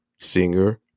singer